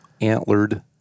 antlered